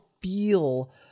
Feel